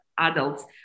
adults